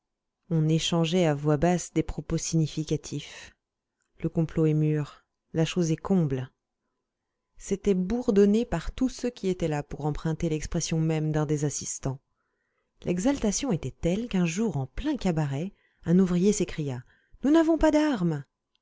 on échangeait à voix basse des propos significatifs le complot est mûr la chose est comble c'était bourdonné par tous ceux qui étaient là pour emprunter l'expression même d'un des assistants l'exaltation était telle qu'un jour en plein cabaret un ouvrier s'écria nous n'avons pas d'armes